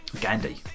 Gandhi